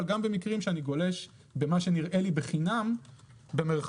אבל גם במקרים שאני גולש במה שנראה לי בחינם במירכאות,